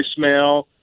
voicemail